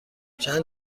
چند